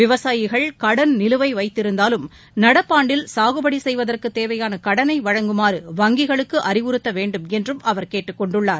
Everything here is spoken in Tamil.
விவசாயிகள் கடன் நிலுவை வைத்திருந்தாலும் நடப்பாண்டில் சாகுபடி செய்வதற்கு தேவையான கடனை வழங்குமாறு வங்கிகளுக்கு அறிவுறுத்த வேண்டும் என்றும் அவர் கேட்டுக்கொண்டுள்ளார்